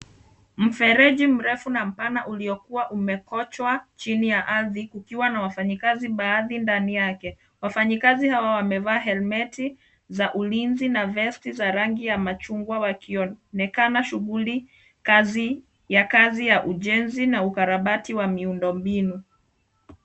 Mfereji mrefu na mpana ulio kuwa umeokochwa chini ya ardhi kukiwa na wafanyi kazi baadhi ndani yake wafanyikazi hawa wamevaa helmet za ulinzi na vest za rangi ya machungwa wakionekana shughuli ya kazi ya ujenzi na ukarabati wa miundo mbinu.